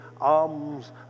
arms